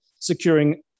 securing